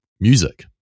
music